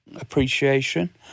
appreciation